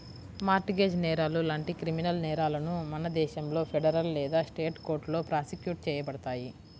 mart gauge నేరాలు లాంటి criminal నేరాలను మన దేశంలో ఫెడరల్ లేదా స్టేట్ కోర్టులో ప్రాసిక్యూట్ చేయబడతాయి